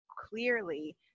clearly